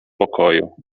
pokoju